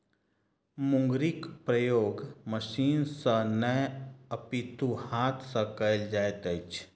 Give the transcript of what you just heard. मुंगरीक प्रयोग मशीन सॅ नै अपितु हाथ सॅ कयल जाइत अछि